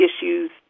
issues